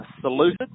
saluted